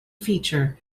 feature